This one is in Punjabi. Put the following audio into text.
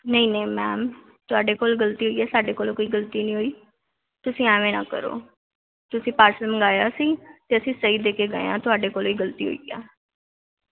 ਨਹੀਂ ਨਹੀਂ ਮੈਮ ਤੁਹਾਡੇ ਕੋਲ ਗਲਤੀ ਹੋਈ ਹੈ ਸਾਡੇ ਕੋਲੋਂ ਕੋਈ ਗਲਤੀ ਨਹੀਂ ਹੋਈ ਤੁਸੀਂ ਐਵੇਂ ਨਾ ਕਰੋ ਤੁਸੀਂ ਪਾਰਸਲ ਮੰਗਵਾਇਆ ਸੀ ਅਤੇ ਅਸੀਂ ਸਹੀ ਦੇ ਕੇ ਗਏ ਹਾਂ ਤੁਹਾਡੇ ਕੋਲੋ ਗਲਤੀ ਹੋਈ ਆ